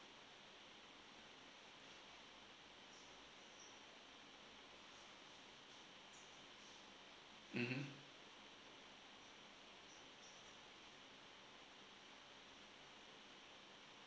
mm